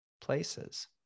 places